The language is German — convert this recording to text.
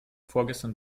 vorgestern